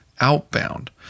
outbound